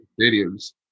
Stadiums